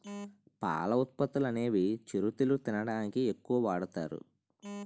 పాల ఉత్పత్తులనేవి చిరుతిళ్లు తినడానికి ఎక్కువ వాడుతారు